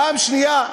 פעם שנייה,